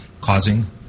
causing